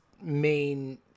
main